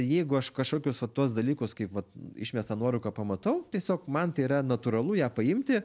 jeigu aš kažkokius va tuos dalykus kaip vat išmestą nuorūką pamatau tiesiog man tai yra natūralu ją paimti